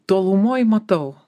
tolumoj matau